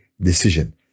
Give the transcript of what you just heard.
decision